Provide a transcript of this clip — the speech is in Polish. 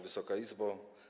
Wysoka Izbo!